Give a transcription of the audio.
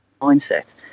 mindset